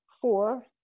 four